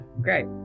Great